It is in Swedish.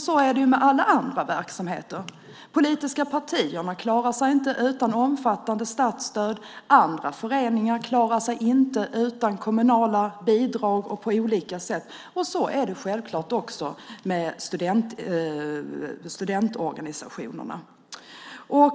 Så är det ju med alla andra verksamheter. De politiska partierna klarar sig inte utan omfattande statsstöd. Andra föreningar klarar sig inte utan kommunala bidrag på olika sätt. Så är det självklart också med studentorganisationerna.